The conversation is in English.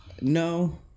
no